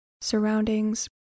surroundings